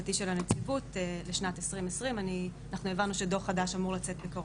התעסוקתי של הנציבות לשנת 2020. אנחנו הבנו שדוח חדש אמור לצאת בקרוב.